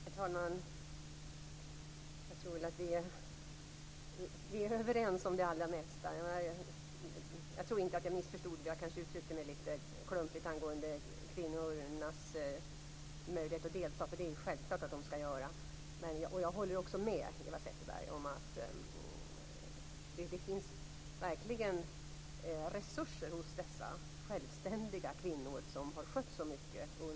Herr talman! Jag tror att vi är överens om det allra mesta. Jag missförstod nog inte Eva Zetterberg, även om jag kanske uttryckte mig litet klumpigt om kvinnornas möjlighet att delta. Det är självklart att de skall göra det. Jag håller också med Eva Zetterberg om att det verkligen finns resurser hos dessa självständiga kvinnor som har skött så mycket under lägertiden.